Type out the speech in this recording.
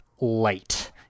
light